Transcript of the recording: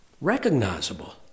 recognizable